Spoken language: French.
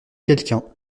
quelqu’un